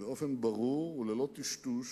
באופן ברור וללא טשטוש